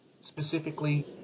specifically